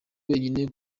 wenyine